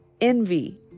envy